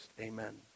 Amen